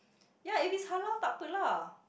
ya if it's halal tak apalah lah